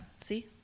See